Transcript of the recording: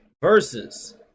versus